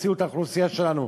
תצילו את האוכלוסייה שלנו.